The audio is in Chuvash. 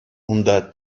унта